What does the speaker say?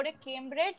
Cambridge